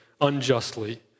unjustly